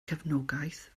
cefnogaeth